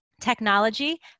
technology